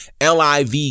LIV